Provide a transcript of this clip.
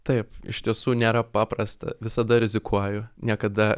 taip iš tiesų nėra paprasta visada rizikuoju niekada